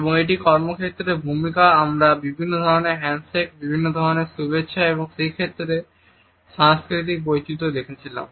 এবং এটি কর্মক্ষেত্রে ভূমিকা আমরা বিভিন্ন ধরণের হ্যান্ডশেক বিভিন্ন ধরণের শুভেচ্ছা এবং সেইসাথে সাংস্কৃতিক বৈচিত্র দেখেছিলাম